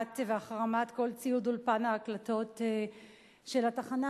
והחרמה של כל ציוד אולפן ההקלטות של התחנה,